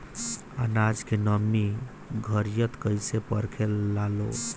आनाज के नमी घरयीत कैसे परखे लालो?